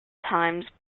times